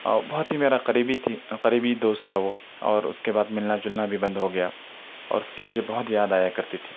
اور بہت ہی میرا قریبی تھی قریبی دوست تھا وہ اور اس کے بعد ملنا جلنا بھی بند ہو گیا اور اس کی مجھے بہت یاد آیا کرتی تھی